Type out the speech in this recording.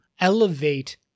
elevate